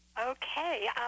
Okay